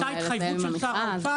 הייתה התחייבות של שר האוצר,